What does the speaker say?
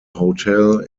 hotel